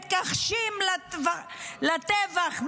מתכחשים לטבח,